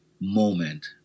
moment